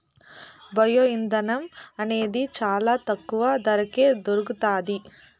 bio ఇంధనం అనేది చానా తక్కువ ధరకే దొరుకుతాది